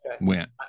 went